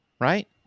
Right